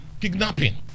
kidnapping